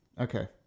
Okay